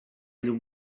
llum